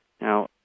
Now